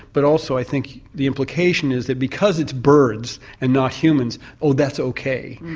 but also i think the implication is that because it's birds and not humans, oh, that's ok,